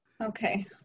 Okay